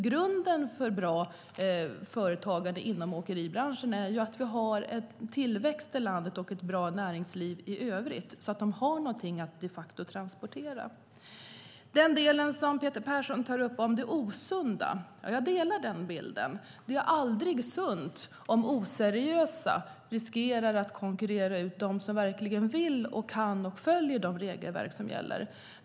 Grunden för bra företagande inom åkeribranschen är att vi har tillväxt i landet och ett bra näringsliv i övrigt så att man de facto har något att transportera. Den bild som Peter Persson ger av det osunda delar jag. Det är aldrig sunt om oseriösa riskerar att konkurrera ut dem som verkligen följer de regelverk som gäller.